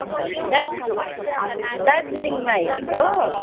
अँ दार दार्जिलिङमा हेरेको